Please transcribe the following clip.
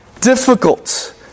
difficult